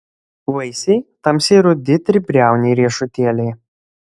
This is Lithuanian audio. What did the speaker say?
vaisiai tamsiai rudi tribriauniai riešutėliai